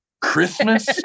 Christmas